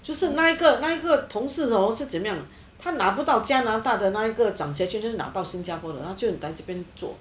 就是那一个那一个同事是怎样他拿不到加拿大的那一个夹雪津就拿到新加坡的他就在这边做